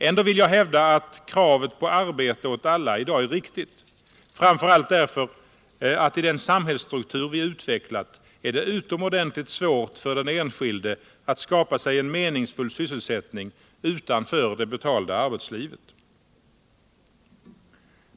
Ändå vill jag hävda att kravet på arbete åt alla i dag är riktigt, framför allt därför att i den samhällsstruktur vi utvecklat är det utomordentligt svårt för den enskilde att skapa sig en meningsfull sysselsättning utanför det betalda arbetslivet.